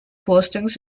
postings